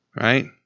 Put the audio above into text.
right